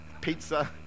pizza